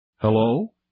Hello